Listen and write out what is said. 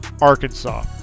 Arkansas